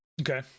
Okay